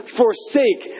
forsake